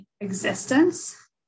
existence